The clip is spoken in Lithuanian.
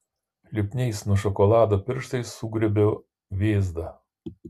lipniais nuo šokolado pirštais sugriebiu vėzdą